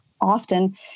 often